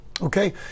Okay